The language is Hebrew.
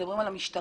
מדברים על המשטרה.